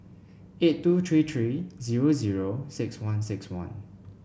eight two three three zero zero six one six one